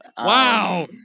Wow